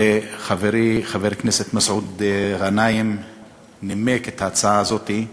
וחברי חבר הכנסת מסעוד גנאים נימק את ההצעה הזאת.